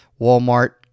Walmart